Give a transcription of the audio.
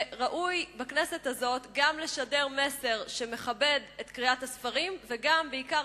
וראוי בכנסת הזאת גם לשדר מסר שמכבד את קריאת הספרים וגם בעיקר